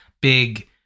big